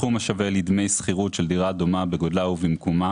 סכום השווה לדמי שכירות של דירה דומה בגודלה ובמיקומה